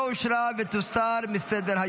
לא נתקבלה.